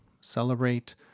Celebrate